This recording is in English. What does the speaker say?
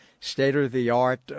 state-of-the-art